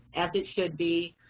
as it should be,